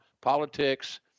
politics